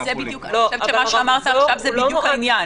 מה שאמרת עכשיו זה בדיוק העניין.